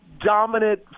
dominant